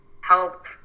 help